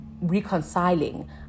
reconciling